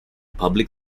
public